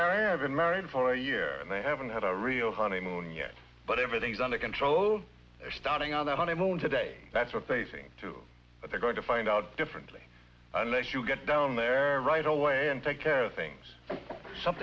american married for a year and they haven't had a real honeymoon yet but everything's under control they're starting on their honeymoon today that's what facing too but they're going to find out differently unless you get down there right away and take care of things some